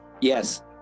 Yes